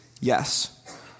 Yes